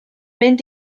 mynd